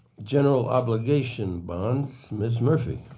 general obligation bonds, ms. murphy.